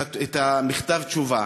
את מכתב התשובה,